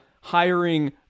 hiring